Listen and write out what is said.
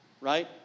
Right